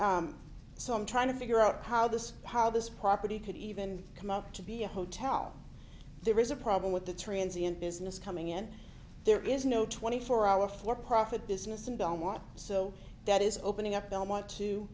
permit so i'm trying to figure out how this how this property could even come up to be a hotel there is a problem with the transience business coming in there is no twenty four hour for profit business and don't want so that is opening up they'll want to